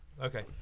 Okay